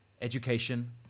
education